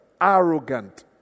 arrogant